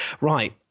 Right